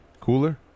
Cooler